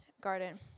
garden